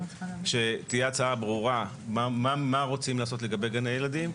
שתהיה הצעה ברורה מה רוצים לעשות לגבי גני ילדים,